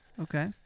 Okay